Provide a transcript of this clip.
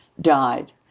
died